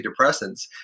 antidepressants